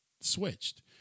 switched